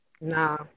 Nah